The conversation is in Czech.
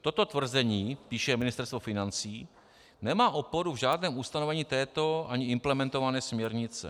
Toto tvrzení píše Ministerstvo financí nemá oporu v žádném ustanovení této ani implementované směrnice.